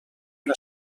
una